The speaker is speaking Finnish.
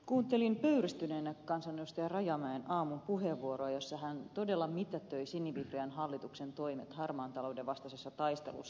kuuntelin pöyristyneenä kansanedustaja rajamäen aamun puheenvuoroa jossa hän todella mitätöi sinivihreän hallituksen toimet harmaan talouden vastaisessa taistelussa